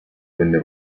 venne